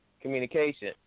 communication